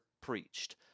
preached